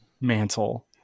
mantle